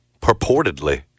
Purportedly